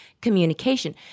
communication